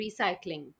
recycling